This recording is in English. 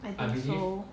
I believe so